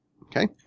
Okay